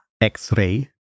x-ray